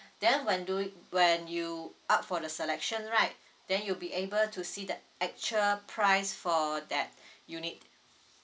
then when do when you up for the selection right then you'll be able to see that actual price for that unit